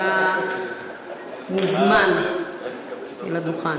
אתה מוזמן אל הדוכן.